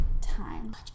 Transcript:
time